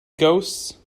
ghosts